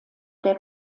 der